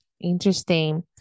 Interesting